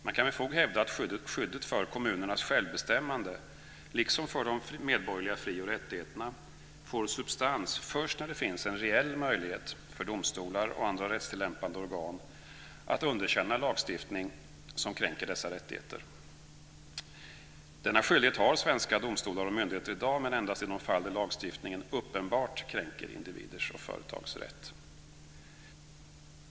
Man kan med fog hävda att skyddet för kommunernas självbestämmande liksom för de medborgerliga frioch rättigheterna får substans först när det finns en reell möjlighet för domstolar och andra rättstillämpande organ att underkänna lagstiftning som kränker dessa rättigheter. Denna skyldighet har svenska domstolar och myndigheter i dag, men endast i de fall där lagstiftningen uppenbart kränker individers och företags rätt.